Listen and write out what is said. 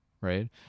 right